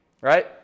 right